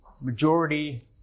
majority